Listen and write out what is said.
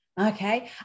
Okay